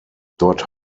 dort